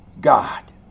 God